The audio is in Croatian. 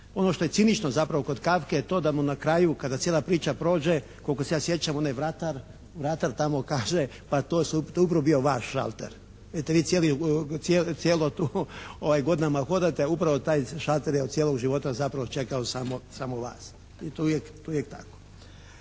Ono što je cinično zapravo kod Kafke je to da mu na kraju kada cijela priča prođe koliko se ja sjećam onaj vratar tamo kaže: «Pa to je upravo bio vaš šalter.» Eto vi cijeli, cijelo to, godinama hodate a upravo taj šalter je cijelog života zapravo čekao samo vas. I to je uvijek tako.